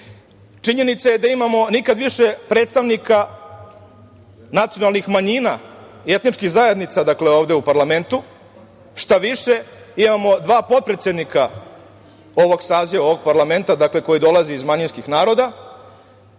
je da imamo nikada više predstavnika nacionalnih manjina, etničkih zajednica ovde u parlamentu. Šta više imamo dva potpredsednika ovog saziva ovog parlamenta koji dolaze iz manjinskih naroda.